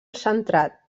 centrat